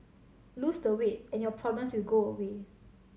lose the weight and your problems will go away